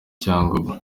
cyangugu